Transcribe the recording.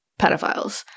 pedophiles